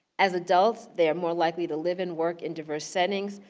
as adults, they're more likely to live and work in diverse settings,